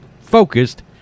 focused